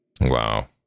Wow